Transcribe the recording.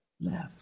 left